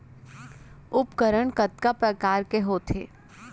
उपकरण कतका प्रकार के होथे?